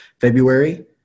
February